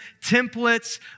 templates